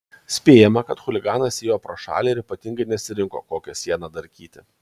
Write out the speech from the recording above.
spėjama kad chuliganas ėjo pro šalį ir ypatingai nesirinko kokią sieną darkyti